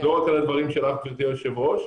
לא רק על הדברים שלך גברתי היו"ר.